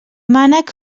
mànec